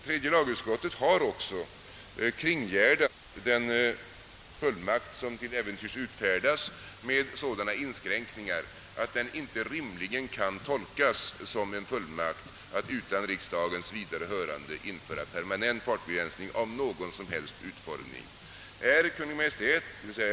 Tredje lagutskottet har också kringgärdat den fullmakt som till äventyrs utfärdas med sådana inskränkningar, att den inte rimligen kan tolkas som en fullmakt att utan riksdagens vidare hörande införa permanent fartbegränsning av någon som helst utformning.